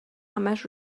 همش